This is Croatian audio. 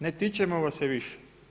Ne tičemo vas se više.